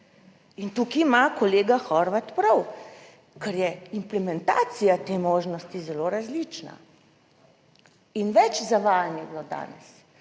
in tukaj ima kolega Horvat prav, ker je implementacija te možnosti zelo različna. In več zavajanj je bilo danes,